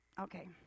okay